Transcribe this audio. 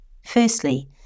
Firstly